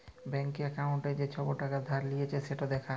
ব্যাংকে একাউল্টে যে ছব টাকা ধার লিঁয়েছে সেট দ্যাখা